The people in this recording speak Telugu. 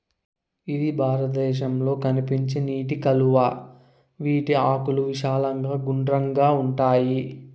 ఇది భారతదేశంలో కనిపించే నీటి కలువ, వీటి ఆకులు విశాలంగా గుండ్రంగా ఉంటాయి